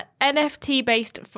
NFT-based